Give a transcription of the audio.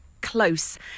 close